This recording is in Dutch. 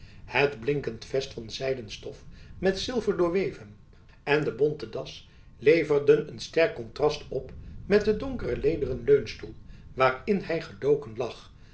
het blinkend vest van zijden stof met zilver doorweven en de bonten das leverden een sterk kontrast op met den donkeren lederen leunstoel waarin hygedoken lag